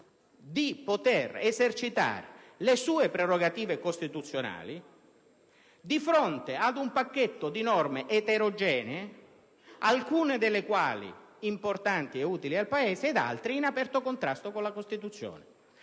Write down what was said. di esercitare le sue prerogative costituzionali di fronte ad un insieme di norme eterogenee, alcune delle quali importanti ed utili al Paese, altre in aperto contrasto con la Costituzione.